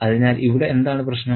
അതിനാൽ ഇവിടെ എന്താണ് പ്രശ്നം